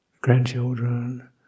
grandchildren